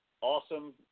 Awesome